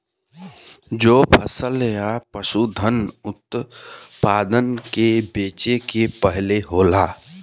जो फसल या पसूधन उतपादन के बेचे के पहले होला